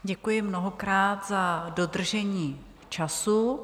Děkuji mnohokrát za dodržení času.